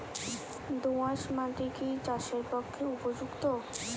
দোআঁশ মাটি কি চাষের পক্ষে উপযুক্ত?